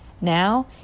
Now